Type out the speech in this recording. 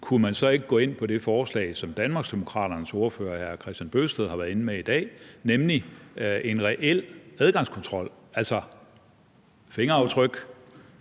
kunne man så ikke gå ind på det forslag, som Danmarksdemokraternes ordfører, hr. Kristian Bøgsted, har været inde med i dag, nemlig en reel adgangskontrol, altså med fingeraftryk,